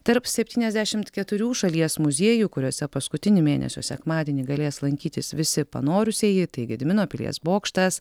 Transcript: tarp septyniasdešimt keturių šalies muziejų kuriuose paskutinį mėnesio sekmadienį galės lankytis visi panorusieji tai gedimino pilies bokštas